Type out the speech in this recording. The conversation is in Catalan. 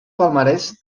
palmarès